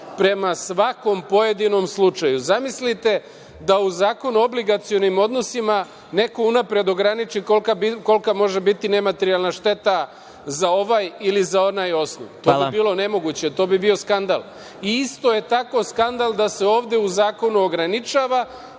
prema svakom pojedinom slučaju. Zamislite da u Zakonu o obligacionim odnosima neko unapred ograniči kolika može biti nematerijalan šteta za ovaj ili za onaj osnov. To bi bilo nemoguće. To bi bio skandal. Isto je tako je skandal da se ovde u zakonu ograničava.I